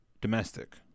domestic